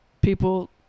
people